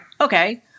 Okay